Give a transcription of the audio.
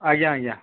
ଆଜ୍ଞା ଆଜ୍ଞା